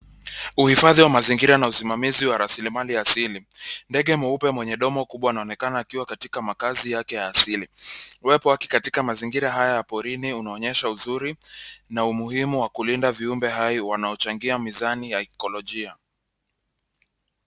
Uhifadhi wa mazingira na usimamizi wa rasilimali asili, ndege mweupe mwenye domo kubwa anaonekana akiwa katika makazi yake ya asili. Uwepo wake katika mazingira haya ya porini unaonyesha uzuri na umuhimu wa kulinda viumbe hai wanaochangia mizani ya ikolojia.